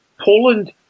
Poland